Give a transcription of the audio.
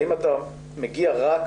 האם אתה מגיע רק